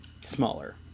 smaller